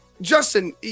Justin